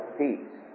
peace